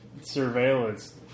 surveillance